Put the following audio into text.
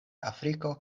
afriko